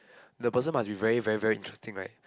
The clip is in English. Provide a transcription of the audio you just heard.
the person must be very very very interesting right